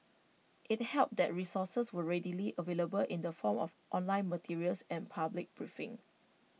IT helped that resources were readily available in the form of online materials and public briefings